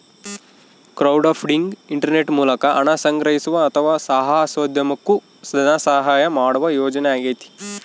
crowdfunding internet ಮೂಲಕ ಹಣ ಸಂಗ್ರಹಿಸುವ ಅಥವಾ ಸಾಹಸೋದ್ಯಮುಕ್ಕ ಧನಸಹಾಯ ಮಾಡುವ ಯೋಜನೆಯಾಗೈತಿ